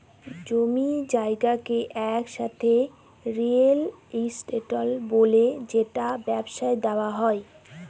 জমি জায়গাকে একসাথে রিয়েল এস্টেট বলে যেটা ব্যবসায় দেওয়া হয়